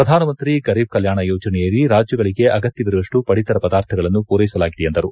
ಪ್ರಧಾನಮಂತ್ರಿ ಗರೀಬ್ ಕಲ್ಕಾಣ್ ಯೋಜನೆಯಡಿ ರಾಜ್ಯಗಳಿಗೆ ಅಗತ್ತವಿರುವಷ್ಟು ಪಡಿತರ ಪದಾರ್ಥಗಳನ್ನು ಪೂರೈಸಲಾಗಿದೆ ಎಂದರು